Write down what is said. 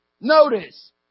Notice